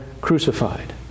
crucified